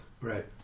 Right